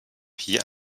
hier